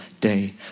day